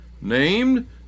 named